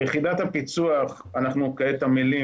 ליחידת הפיצו"ח אנחנו כעת עמלים,